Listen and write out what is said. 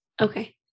Okay